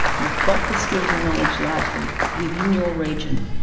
you've got the skills and knowledge largely within your region,